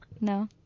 No